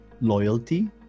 loyalty